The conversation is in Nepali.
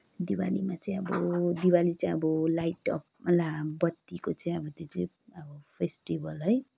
दिवालीमा चाहिँ अब दिवाली चाहिँ अब लाइट ला बत्तीको चाहिँ अब त्यो चाहिँ अब फेस्टिभल है